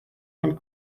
von